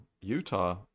Utah